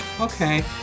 okay